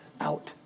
out